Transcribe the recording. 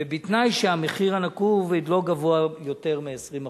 ובתנאי שהמחיר הנקוב אינו גבוה ביותר מ-20%.